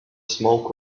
smoke